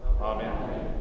Amen